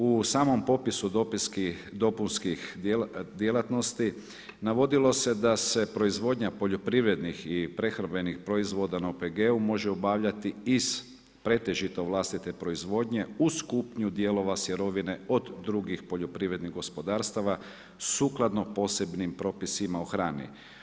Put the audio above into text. U samom popisu dopunskih djelatnosti navodilo se da se proizvodnja poljoprivrednih i prehrambenih proizvoda na OPG-u može obavljati iz pretežito vlastite proizvodnje uz kupnju dijelova sirovine od drugih poljoprivrednih gospodarstava sukladno posebnim propisima o hrani.